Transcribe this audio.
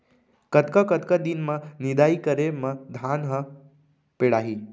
कतका कतका दिन म निदाई करे म धान ह पेड़ाही?